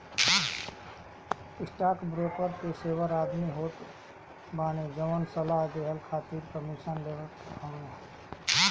stockbroker पेशेवर आदमी होत बाने जवन सलाह देहला खातिर कमीशन लेत हवन